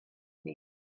nits